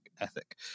ethic